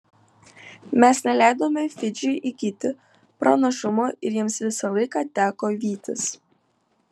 mes neleidome fidžiui įgyti pranašumo ir jiems visą laiką teko vytis